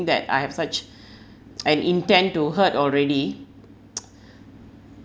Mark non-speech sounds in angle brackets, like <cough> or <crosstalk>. that I have such <breath> an intent to hurt already <noise>